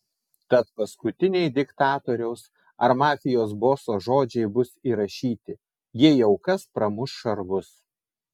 tad paskutiniai diktatoriaus ar mafijos boso žodžiai bus įrašyti jei jau kas pramuš šarvus